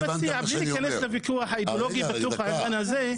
בלי להיכנס לוויכוח האידיאולוגי בתוך העניין הזה,